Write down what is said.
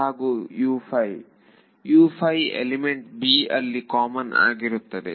ಹಾಗೂ element b ನಲ್ಲಿ common ಆಗಿರುತ್ತದೆ